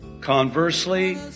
Conversely